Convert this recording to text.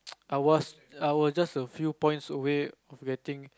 I was I was just a few points away of getting